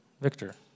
Victor